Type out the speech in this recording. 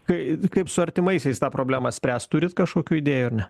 kai kaip su artimaisiais tą problemą spręst turit kažkokių idėjų ar ne